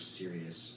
serious